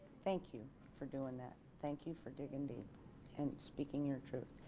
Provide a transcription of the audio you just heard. thank you for doing that. thank you for digging deep and speaking your truth.